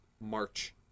March